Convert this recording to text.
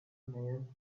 mailed